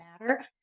matter